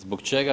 Zbog čega